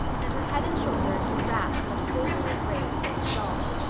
and her head and shoulders were wrapped in a silvery gray silk shawl.